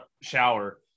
shower